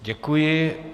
Děkuji.